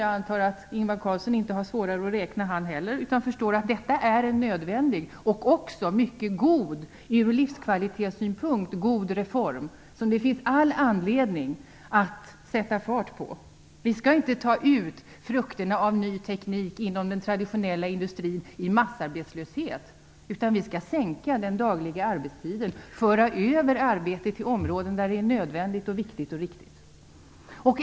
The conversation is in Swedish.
Jag antar att Ingvar Carlsson inte har svårare för att räkna han heller, utan förstår att detta är en nödvändig och även ur livskvalitetssynpunkt god reform, som det finns all anledning att sätta fart på. Vi skall inte ta ut frukterna av ny teknik inom den traditionella industrin i massarbetslöshet, utan vi skall sänka den dagliga arbetstiden, föra över arbete till områden där det är nödvändigt, viktigt och riktigt.